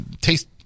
taste